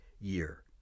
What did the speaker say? year